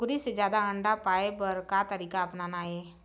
कुकरी से जादा अंडा पाय बर का तरीका अपनाना ये?